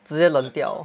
直接冷掉